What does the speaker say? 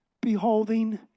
beholding